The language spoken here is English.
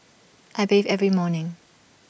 I bathe every morning